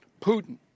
Putin